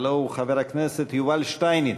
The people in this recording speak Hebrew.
הלוא הוא חבר הכנסת יובל שטייניץ,